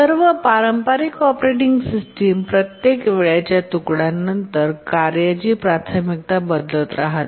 सर्व पारंपारिक operating system प्रत्येक वेळेच्या तुकड्यानंतर कार्यची प्राथमिकता बदलत राहते